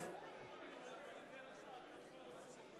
מצביע חיים אמסלם,